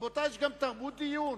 רבותי, יש גם תרבות דיון.